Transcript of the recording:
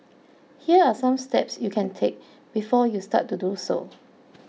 here are some steps you can take before you start to do so